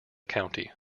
county